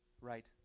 Right